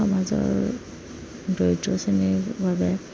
সমাজৰ দৰিদ্ৰ শ্ৰেণীৰ বাবে